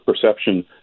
perception